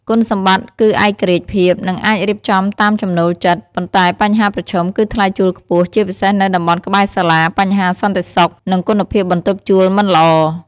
គុណសម្បត្តិគឺឯករាជ្យភាព និងអាចរៀបចំតាមចំណូលចិត្ត ប៉ុន្តែបញ្ហាប្រឈមគឺថ្លៃជួលខ្ពស់ ជាពិសេសនៅតំបន់ក្បែរសាលា បញ្ហាសន្តិសុខ និងគុណភាពបន្ទប់ជួលមិនល្អ។